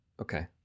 Okay